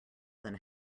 than